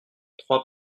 trois